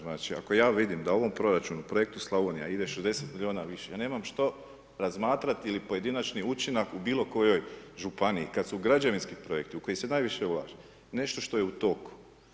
Znači, ako ja vidim da u ovom proračunu, Projektu Slavonija ide 60 milijuna više, ja nemam što razmatrati ili pojedinačni učinak u bilo kojoj županiji, kada su građevinski projekti u koje se najviše ulaže, nešto što je u toku.